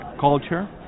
culture